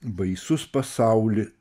baisus pasauli